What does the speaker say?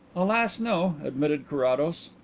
alas, no, admitted carrados.